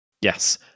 Yes